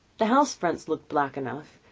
the house fronts looked black enough,